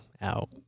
out